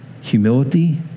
Humility